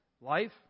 life